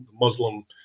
Muslim